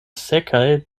sekaj